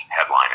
headlining